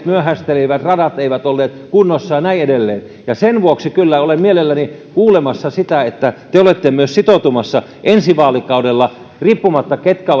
myöhästeltiin radat eivät olleet kunnossa ja näin edelleen sen vuoksi kyllä olen mielelläni kuulemassa että te te olette myös sitoutumassa ensi vaalikaudella riippumatta siitä ketkä